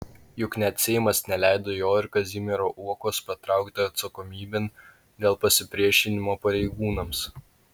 juk net seimas neleido jo ir kazimiero uokos patraukti atsakomybėn dėl pasipriešinimo pareigūnams